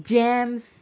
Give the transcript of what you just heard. gems